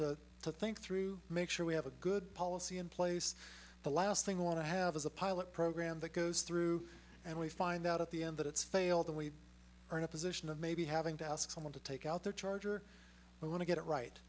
need to think through make sure we have a good policy in place the last thing we want to have is a pilot program that goes through and we find out at the end that it's failed and we are in a position of maybe having to ask someone to take out their charger i want to get it right